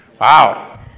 Wow